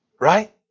Right